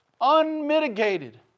Unmitigated